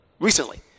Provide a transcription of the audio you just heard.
recently